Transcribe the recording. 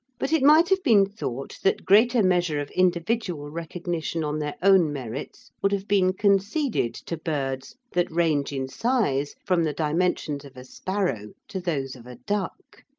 but it might have been thought that greater measure of individual recognition on their own merits would have been conceded to birds that range in size from the dimensions of a sparrow to those of a duck.